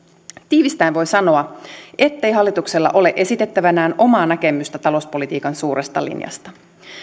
tiivistäen voi sanoa ettei hallituksella ole esitettävänään omaa näkemystä talouspolitiikan suuresta linjasta